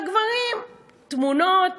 והגברים, תמונות,